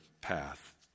path